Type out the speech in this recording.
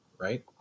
right